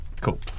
Cool